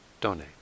donate